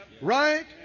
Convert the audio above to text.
Right